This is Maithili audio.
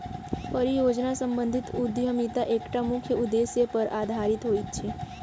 परियोजना सम्बंधित उद्यमिता एकटा मुख्य उदेश्य पर आधारित होइत अछि